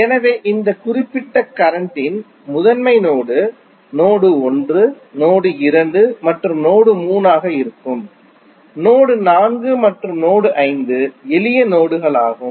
எனவே இந்த குறிப்பிட்ட கரண்ட்டின் முதன்மை நோடு நோடு 1 நோடு 2 மற்றும் நோடு 3 ஆக இருக்கும் நோடு 4 மற்றும் நோடு 5 எளிய நோடுகளாகும்